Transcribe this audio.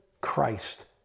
Christ